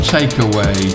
Takeaway